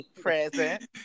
present